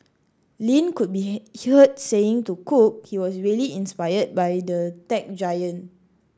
Lin could be heard saying to Cook he was really inspired by the tech giant